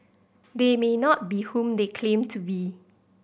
they may not be whom they claim to be